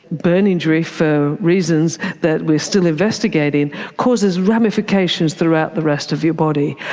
burn injury, for reasons that we're still investigating, causes ramifications throughout the rest of your body.